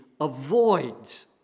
avoids